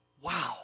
wow